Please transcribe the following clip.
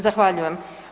Zahvaljujem.